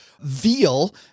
veal